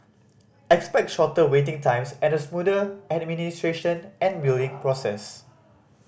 expect shorter waiting times and a smoother administration and billing process